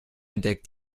entdeckt